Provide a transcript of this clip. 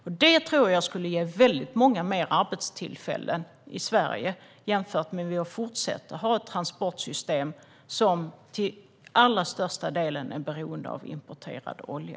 Jag tror att detta skulle ge många fler arbetstillfällen i Sverige än om vi fortsätter att ha ett transportsystem som till allra största del är beroende av importerad olja.